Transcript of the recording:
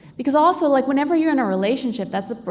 because also like whenever you're in a relationship that's